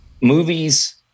Movies